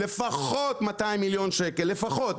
לפחות 200 מיליון שקל לפחות,